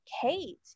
Kate